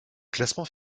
classement